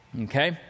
Okay